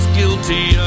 guilty